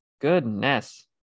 Goodness